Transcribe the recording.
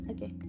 Okay